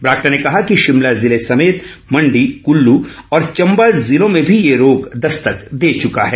बरागटा ने कहा कि शिमला जिले समेत मण्डी कल्ल और चम्बा जिलों में भी ये रोग दस्तक दे चुका है